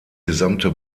gesamte